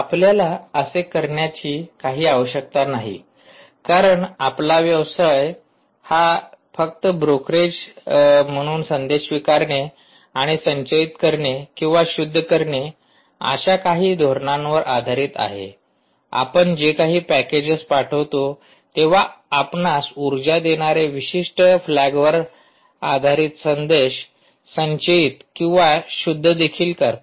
आपल्याला असे करण्याची काही आवश्यकता नाही कारण आपला सर्व व्यवसाय हा फक्त ब्रोकरेज म्हणून संदेश स्वीकारणे आणि संचयित करणे किंवा शुद्ध करणे अशा काही धोरणांवर आधारित आहे आपण जे काही पॅकेजेस पाठवितो तेव्हा आपणास उर्जा देणारे विशिष्ट फ्लॅगवर आधारित संदेश संचयित किंवा शुद्ध देखील करतात